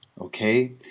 okay